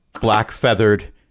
black-feathered